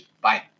Bye